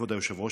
כבוד היושב-ראש,